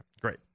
Great